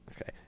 Okay